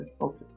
Okay